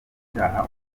icaha